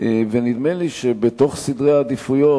ונדמה לי שבתוך סדר העדיפויות,